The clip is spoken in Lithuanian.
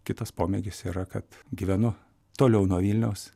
kitas pomėgis yra kad gyvenu toliau nuo vilniaus